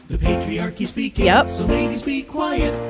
the patriarchy's speaking yep so ladies, be quiet.